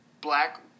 black